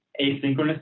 asynchronous